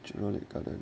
jurong lakegarden